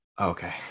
Okay